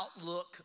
outlook